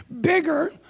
bigger